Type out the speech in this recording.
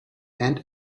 and